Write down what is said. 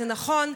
וזה נכון,